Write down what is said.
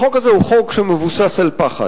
החוק הזה הוא חוק שמבוסס על פחד,